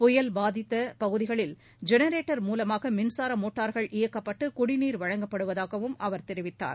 புயல் பாதித்த பகுதிகளில் ஜெனரேட்டர் மூலமாக மின்சார மோட்டார்கள் இயக்கப்பட்டு குடிநீர் வழங்கப்படுவதாகவும் அவர் தெரிவித்தார்